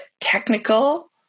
technical